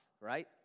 right